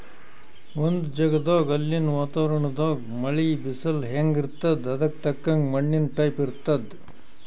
ಒಂದ್ ಜಗದಾಗ್ ಅಲ್ಲಿನ್ ವಾತಾವರಣದಾಗ್ ಮಳಿ, ಬಿಸಲ್ ಹೆಂಗ್ ಇರ್ತದ್ ಅದಕ್ಕ್ ತಕ್ಕಂಗ ಮಣ್ಣಿನ್ ಟೈಪ್ ಇರ್ತದ್